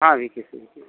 हा V K C V K C